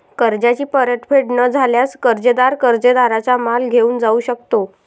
कर्जाची परतफेड न झाल्यास, कर्जदार कर्जदाराचा माल घेऊन जाऊ शकतो